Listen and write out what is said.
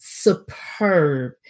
Superb